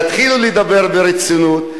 תתחילו לדבר ברצינות.